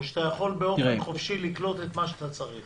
שאתה יכול באופן חופשי לקלוט את מה שאתה צריך